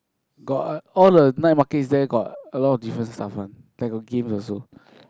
got uh all the night market is there got a lot of different stuff one like got games also